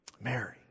Mary